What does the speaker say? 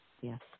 Yes